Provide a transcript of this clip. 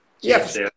Yes